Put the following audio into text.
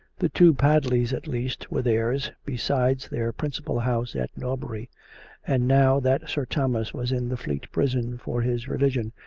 the two padleys, at least, were theirs, besides their principal house at norbury and now that sir thomas was in the fleet prison for his religion,